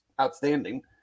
outstanding